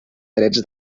drets